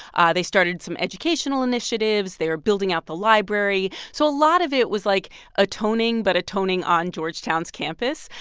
ah they started some educational initiatives. they're building out the library. so a lot of it was like atoning but atoning on georgetown's campus.